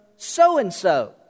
so-and-so